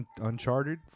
Uncharted